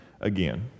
again